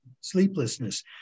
sleeplessness